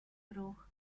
bruch